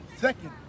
second